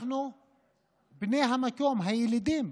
אנחנו בני המקום, הילידים.